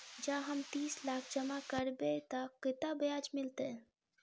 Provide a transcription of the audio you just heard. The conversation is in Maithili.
जँ हम तीस लाख जमा करबै तऽ केतना ब्याज मिलतै?